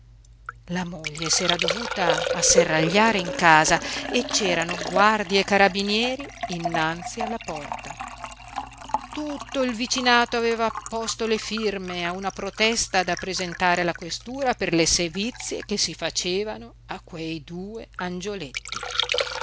la moglie s'era dovuta asserragliare in casa e c'erano guardie e carabinieri innanzi alla porta tutto il vicinato aveva apposto le firme a una protesta da presentare alla questura per le sevizie che si facevano a quei due angioletti